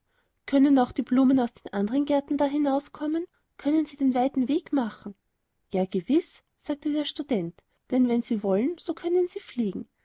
können auch die blumen aus andern gärten da hinauskommen können sie den weiten weg machen ja gewiß sagte der student denn wenn sie wollen so können sie fliegen